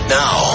now